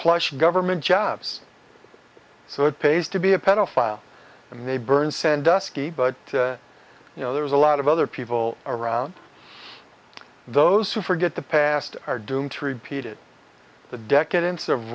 plush government jobs so it pays to be a pedophile and they burn sandusky but you know there's a lot of other people around those who forget the past are doomed to repeat it the decadence of